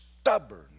stubborn